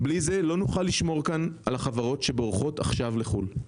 בלי זה לא נוכל לשמור כאן על החברות שבורחות עכשיו לחו"ל.